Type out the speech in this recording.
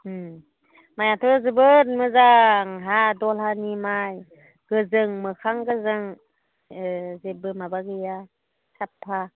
माइआथ' जोबोद मोजां हा दलहानि माइ गोजों मोखां गोजों जेबो माबा गैया साफा